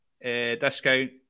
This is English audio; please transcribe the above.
discount